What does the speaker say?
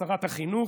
שרת החינוך.